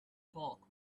bulk